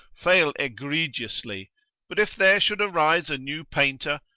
fail egregiously but if there should arise a new painter,